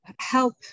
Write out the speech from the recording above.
help